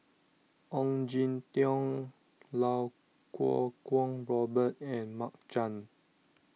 Ong Jin Teong Lau Kuo Kwong Robert and Mark Chan